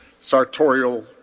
sartorial